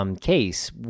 case